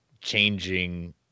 changing